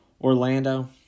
Orlando